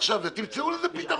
ועכשיו תמצאו לזה פתרון.